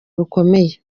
rukomeye